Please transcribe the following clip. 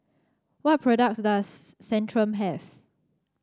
what products does Centrum have